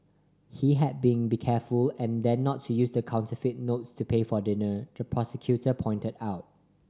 he had been be careful and then not to use the counterfeit notes to pay for dinner the prosecutor pointed out